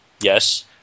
Yes